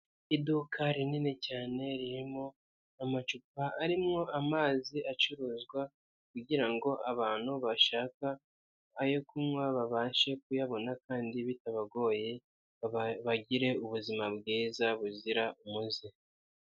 Iduka rinini cyane, ririmo amacupa arimo amazi acuruzwa kugira ngo abantu bashaka ayo kunywa babashe kuyabona kandi bitabagoye, bagire ubuzima bwiza buzira umuze.